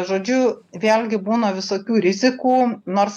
žodžiu vėlgi būna visokių rizikų nors